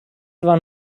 van